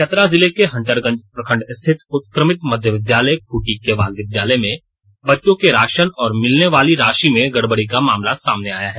चतरा जिले के हंटरगंज प्रखंड स्थित उत्क्रमित मध्य विद्यालय खूंटी केवाल विद्यालय में बच्चों के राशन और मिलने वाली राशि में गड़बड़ी का मामला सामने आया है